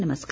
नमस्कार